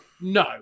no